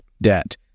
debt